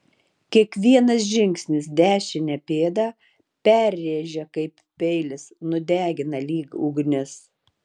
kiekvienas žingsnis dešinę pėdą perrėžia kaip peilis nudegina lyg ugnis